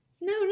No